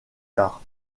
tard